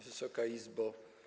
Wysoka Izbo!